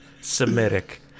Semitic